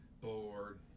bored